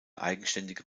eigenständige